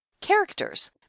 Characters